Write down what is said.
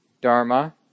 Dharma